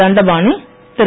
Dhandapani Thiru